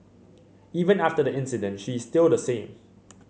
even after the incident she is still the same